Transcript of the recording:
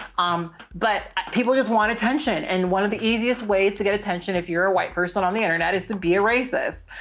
um, but people just want attention. and one of the easiest ways to get attention if you're a white person on the internet is to be a racist.